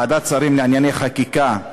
ועדת השרים לענייני חקיקה,